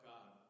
God